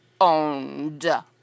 owned